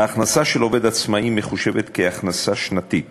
ההכנסה של עובד עצמאי מחושבת כהכנסה שנתית